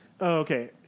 okay